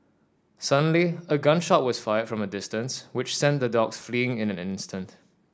suddenly a gun shot was fired from a distance which sent the dogs fleeing in an instant